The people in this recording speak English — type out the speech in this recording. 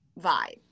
vibe